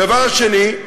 הדבר השני,